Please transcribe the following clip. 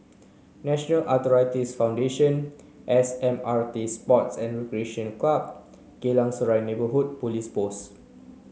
National Arthritis Foundation S M R T Sports and Recreation Club Geylang Serai Neighbourhood Police Post